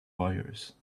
wires